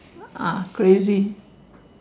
ah crazy